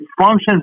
functions